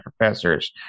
professors